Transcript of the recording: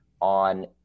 on